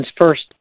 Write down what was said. first